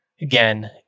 Again